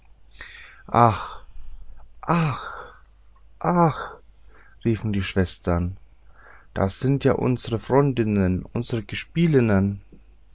ach riefen die schwestern da sind ja unsre freundinnen unsre gespielinnen